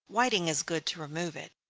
whiting is good to remove it.